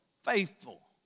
Faithful